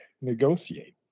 negotiate